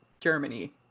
germany